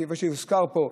כיוון שהוזכר פה,